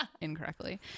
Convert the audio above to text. incorrectly